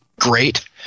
great